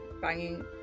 banging